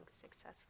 successful